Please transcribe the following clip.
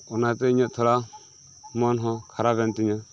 ᱚᱱᱟᱫᱚ ᱤᱧᱟᱹᱜ ᱛᱷᱚᱲᱟ ᱢᱚᱱᱦᱚᱸ ᱠᱷᱟᱨᱟᱯᱮᱱ ᱛᱤᱧᱟᱹ